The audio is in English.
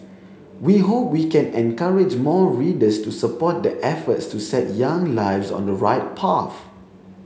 we hope we can encourage more readers to support the efforts to set young lives on the right path